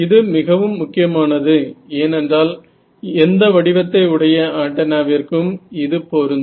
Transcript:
இது மிகவும் முக்கியமானது ஏனென்றால் எந்த வடிவத்தை உடைய ஆண்டனாவிற்கும் இது பொருந்தும்